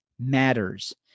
matters